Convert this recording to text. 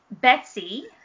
Betsy